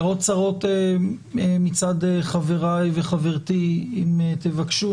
הערות קצרות מצד חבריי וחברתי, אם תבקשו.